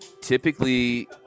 Typically